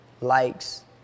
likes